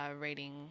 reading